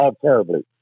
terribly